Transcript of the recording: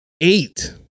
Eight